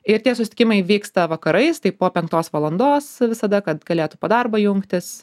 ir tie susitikimai vyksta vakarais tai po penktos valandos visada kad galėtų po darbo jungtis